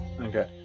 Okay